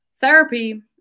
therapy